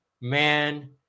Man